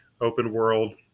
open-world